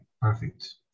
perfect